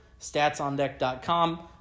statsondeck.com